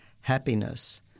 happiness